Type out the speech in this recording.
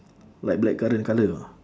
like blackcurrant colour know